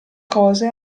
cose